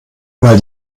weil